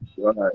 Right